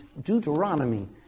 Deuteronomy